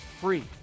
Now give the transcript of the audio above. free